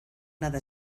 nada